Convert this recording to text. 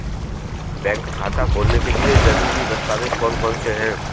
Bank खाता खोलने के लिए ज़रूरी दस्तावेज़ कौन कौनसे हैं?